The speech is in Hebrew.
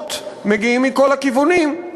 המערכות מגיעים מכל הכיוונים.